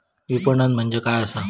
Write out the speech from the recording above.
विपणन म्हणजे काय असा?